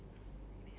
ya